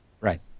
Right